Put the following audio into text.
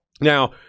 Now